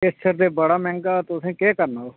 केसर ते बड़ा मैंहगा तुसें केह् करना ओह्